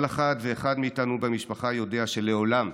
כל אחת ואחד מאיתנו במשפחה יודע שלעולם,